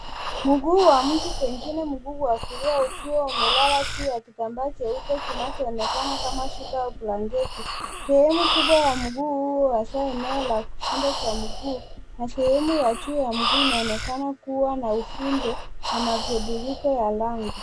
Mguu wa mtu pengine mguu wa kulia ukiwa umelala juu ya kitambaa cheupe kinachoonekana kama shuka au blanketi. Sehemu kubwa ya mguu huo hasa eneo la kifundo cha mguu, na sehemu ya juu ya mguu inaonekana kua na uvimbe, na mabadiliko ya rangi.